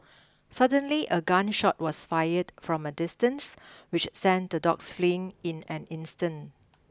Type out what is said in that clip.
suddenly a gun shot was fired from a distance which sent the dogs fleeing in an instant